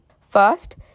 First